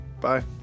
Bye